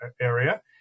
area